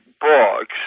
books